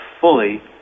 fully